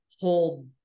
hold